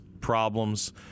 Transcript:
problems